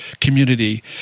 community